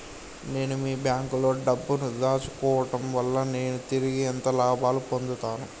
నేను మీ బ్యాంకులో డబ్బు ను దాచుకోవటం వల్ల నేను తిరిగి ఎంత లాభాలు పొందుతాను?